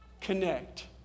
connect